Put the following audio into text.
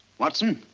watson,